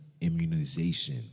immunization